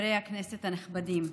וחברי הכנסת הנכבדים,